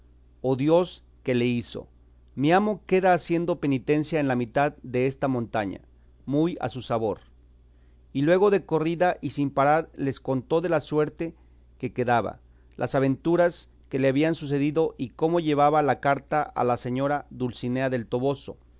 o dios que le hizo mi amo queda haciendo penitencia en la mitad desta montaña muy a su sabor y luego de corrida y sin parar les contó de la suerte que quedaba las aventuras que le habían sucedido y cómo llevaba la carta a la señora dulcinea del toboso